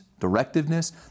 directiveness